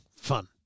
fun